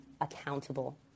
accountable